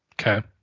Okay